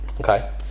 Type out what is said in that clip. Okay